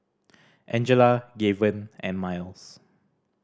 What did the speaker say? Angela Gaven and Myles